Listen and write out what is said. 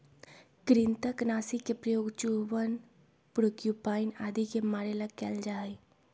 कृन्तकनाशी के प्रयोग चूहवन प्रोक्यूपाइन आदि के मारे ला कइल जा हई